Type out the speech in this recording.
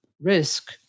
risk